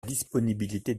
disponibilité